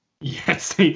Yes